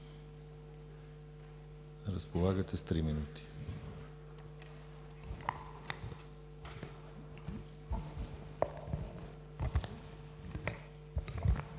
Разполагате с три минути.